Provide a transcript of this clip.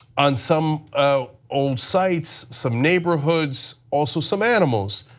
on some ah old sites, some neighborhoods, also some animals,